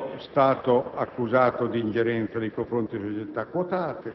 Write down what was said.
Sono stato accusato di ingerenza nei confronti delle società quotate,